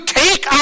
take